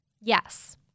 Yes